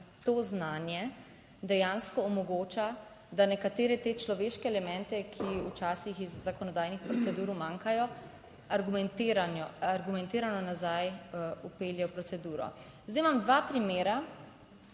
to znanje dejansko omogoča, da nekatere te človeške elemente, ki včasih iz zakonodajnih procedur umanjkajo, argumentirano, argumentirano nazaj vpelje v proceduro. Zdaj imam dva primera